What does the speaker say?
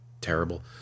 terrible